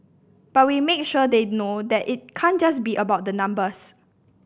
but we make sure they know that it can't just be about the numbers